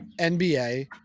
NBA